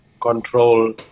control